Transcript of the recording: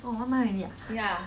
oh one month already ah